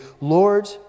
Lord